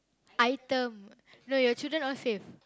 item no your children all saved